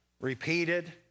repeated